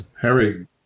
Harry